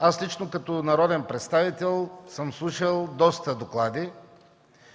аз като народен представител съм слушал доста доклади.